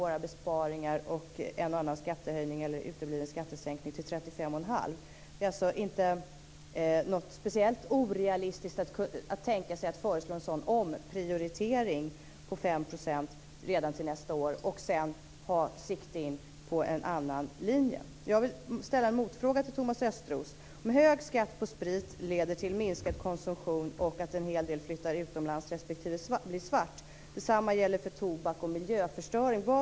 Våra besparingar och en och annan skattehöjning eller utebliven skattesänkning uppgår till 35 1⁄2 miljarder. Det är alltså inte speciellt orealistiskt att föreslå en omprioritering på 5 % redan till nästa år och sedan sikta på en annan linje. Jag vill ställa en motfråga till Thomas Östros. Hög skatt på sprit leder till minskad konsumtion och att en hel del konsumtion flyttar utomlands respektive blir svart. Det samma gäller för tobak och miljöförstöring.